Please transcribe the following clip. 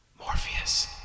Morpheus